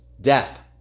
Death